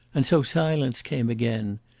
and so silence came again,